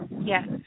Yes